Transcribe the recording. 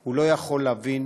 לא יכול להבין